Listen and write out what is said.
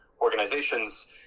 organizations